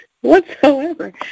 whatsoever